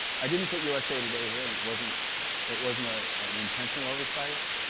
i didn't put usa today here, and it wasn't it wasn't ah an intentional oversight.